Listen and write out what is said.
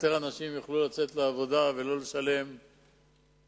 יותר אנשים יוכלו לצאת לעבודה ולא לשלם מס,